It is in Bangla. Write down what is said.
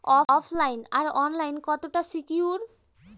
ওফ লাইন আর অনলাইন কতটা সিকিউর?